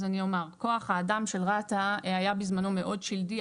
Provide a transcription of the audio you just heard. כוח האדם של רת"א היה בזמנו מאוד שלדי.